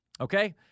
Okay